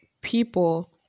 people